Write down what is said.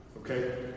okay